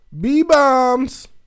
B-bombs